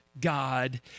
God